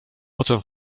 potem